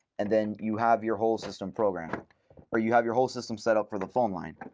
and then you have your whole system programmed or you have your whole system set up for the phone line.